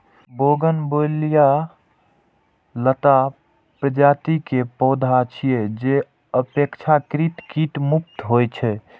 bougainvillea लता प्रजाति के पौधा छियै, जे अपेक्षाकृत कीट मुक्त होइ छै